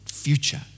future